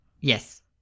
Yes